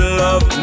love